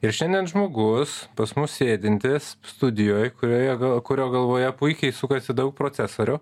ir šiandien žmogus pas mus sėdintis studijoj kurioje kurio galvoje puikiai sukasi daug procesorių